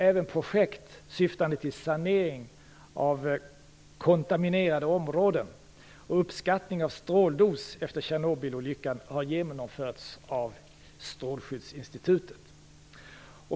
Även projekt syftande till sanering av kontaminerade områden och uppskattning av stråldos efter Tjernobylolyckan har genomförts av Strålskyddsinstitutet.